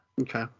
Okay